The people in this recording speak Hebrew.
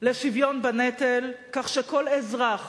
לשוויון בנטל, כך שכל אזרח